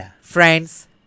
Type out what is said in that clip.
friends